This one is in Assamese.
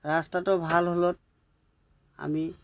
ৰাস্তাটো ভাল হ'লত আমি